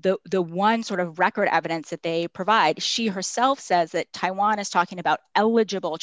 the the one sort of record evidence that they provide she herself says that taiwan is talking about eligible